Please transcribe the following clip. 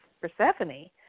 Persephone